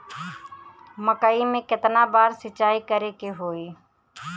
मकई में केतना बार सिंचाई करे के होई?